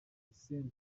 decent